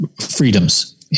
freedoms